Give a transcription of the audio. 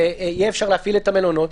ויהיה אפשר להפעיל את המלונות,